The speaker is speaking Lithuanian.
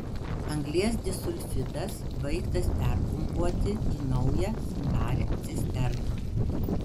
anglies disulfidas baigtas perpumpuoti į naują sandarią cisterną